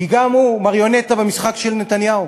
כי גם הוא מריונטה במשחק של נתניהו.